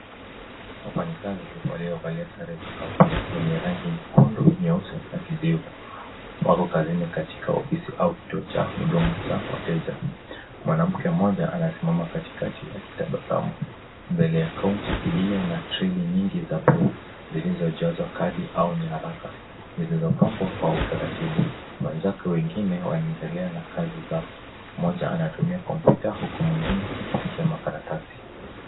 wafanyi kazi waliovalia sare za kambuni yenye rangi nyekundu, nyeusi na kijivu wako kazini ofisini au kituo chao hudumu cha wateja. Mwanamke mmoja anasimama katikati akitabasamu mbele kaunti iliyo na treli mingi za buluu zilizochazwa kadi au nyaraka zilizopangwa kwa utaratibu. Wenzake wengine wanaendelea na kazi zao, mmoja anatumia kompyuta huku mwingine akipitia makaratasi.